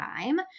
time